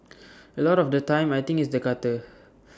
A lot of the time I think it's the gutter